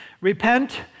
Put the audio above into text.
repent